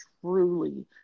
truly